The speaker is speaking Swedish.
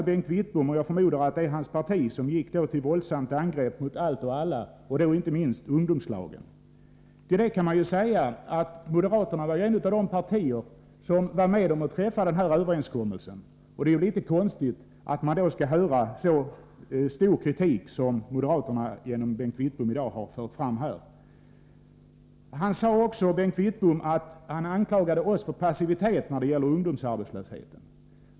Bengt Wittbom och hans parti går till våldsamt angrepp mot allt och alla, inte minst ungdomslagen. Men moderaterna var ett av de partier som var med om att träffa denna överenskommelse. Det är då litet konstigt att man nu skall få höra så stark kritik som moderaterna genom Bengt Wittbom i dag har fört fram. Bengt Wittbom anklagade också oss för passivitet när det gäller ungdomsarbetslösheten.